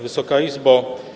Wysoka Izbo!